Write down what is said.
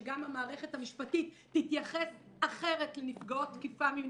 שגם המערכת המשפטית תתייחס אחרת לנפגעות תקיפה מינית.